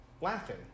laughing